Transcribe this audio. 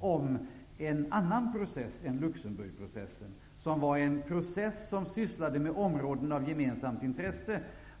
om en annan process än Luxemburgprocessen, som var en process som sysslade med områden av gemensamt intresse.